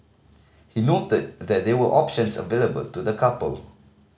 he noted that there were options available to the couple